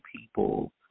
people